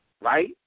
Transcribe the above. right